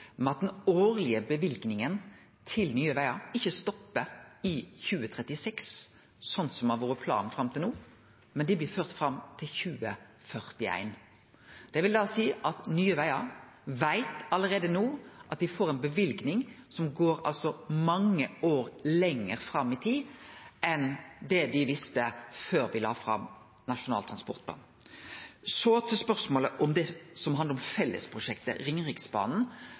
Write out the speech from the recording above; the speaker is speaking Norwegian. med at den årlege løyvinga til Nye Vegar ikkje stoppar i 2036, som har vore planen fram til no, men dei blir ført fram til 2041. Det vil seie at Nye Vegar veit allereie no at dei får ei løyving som går mange år lenger fram i tid enn det dei visste før me la fram Nasjonal transportplan. Så til spørsmålet om det som handlar om fellesprosjektet Ringeriksbanen